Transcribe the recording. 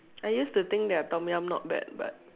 I used to think that Tom-Yum is not bad but